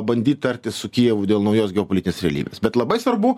bandyt tartis su kijevu dėl naujos geopolitinės realybės bet labai svarbu